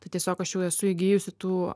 tai tiesiog aš jau esu įgijusi tų